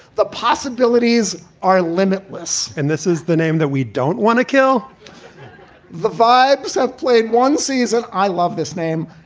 the possibilities are limitless, and this is the name that we don't want to kill the vibes have played one season. i love this name.